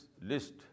list